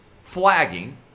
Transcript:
flagging